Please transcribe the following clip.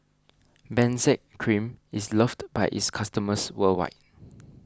Benzac Cream is loved by its customers worldwide